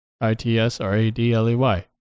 I-T-S-R-A-D-L-E-Y